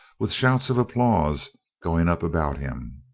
with shouts of applause going up about him.